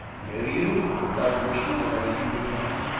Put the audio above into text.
do you? replied drishna, with a languid yawn.